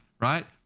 right